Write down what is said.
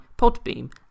Podbeam